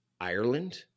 Ireland